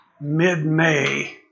mid-May